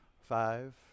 Five